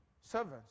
servants